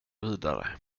vidare